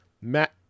Matt